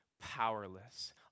powerless